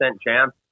chance